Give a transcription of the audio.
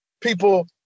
people